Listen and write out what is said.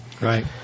Right